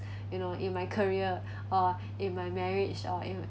you know in my career or in my marriage or you